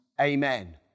amen